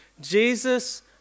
Jesus